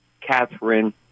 Catherine